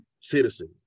citizen